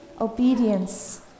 obedience